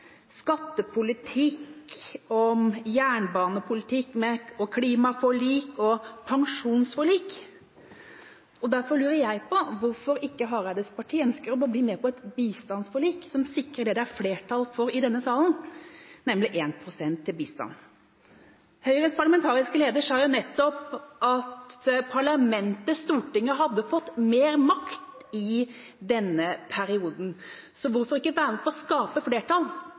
skattepolitikk og jernbanepolitikk, klimaforlik og pensjonsforlik. Derfor lurer jeg på hvorfor ikke Hareides parti ønsker å bli med på et bistandsforlik som sikrer det det er flertall for i denne salen, nemlig 1 pst. til bistand. Høyres parlamentariske leder sa nettopp at Stortinget hadde fått mer makt i denne perioden. Så hvorfor ikke være med på å skape flertall